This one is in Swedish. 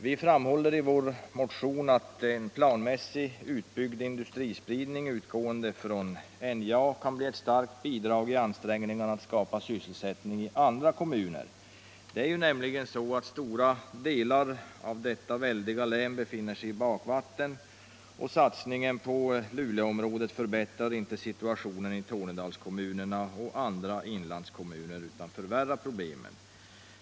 Vi framhåller i vår motion att en planmässigt utbyggd industrispridning utgående från NJA kan bli ett starkt bidrag i ansträngningarna att skapa sysselsättning i andra kommuner. Stora delar av Norrbottens väldiga län befinner sig ju nämligen i bakvatten, och satsningen i Luleåområdet förbättrar inte situationen i Tornedalskommunerna och andra indalskommuner, utan den förvärrar problemen.